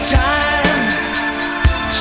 time